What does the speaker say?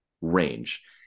range